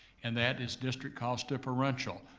and that is district cost differential.